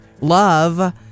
love